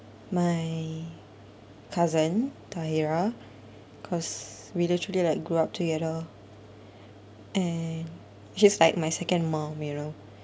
my cousin tahira cause we literally like grew up together and she's like my second mum you know